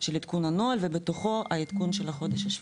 של עדכון הנוהל ובתוכו העדכון של החודש השביעי,